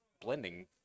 blending